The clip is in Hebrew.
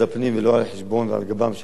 ולא על חשבונם ועל גבם של התושבים.